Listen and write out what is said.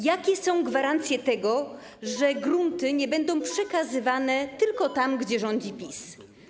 Jakie są gwarancje tego, że grunty nie będą przekazywane tylko tam, gdzie rządzi PiS?